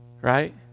Right